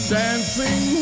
dancing